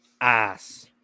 ass